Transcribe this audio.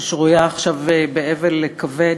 ששרויה עכשיו באבל כבד.